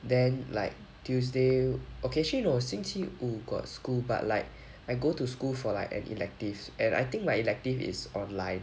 then like tuesday okay actually no 星期五 got school but like I go to school for like an elective and I think my elective is online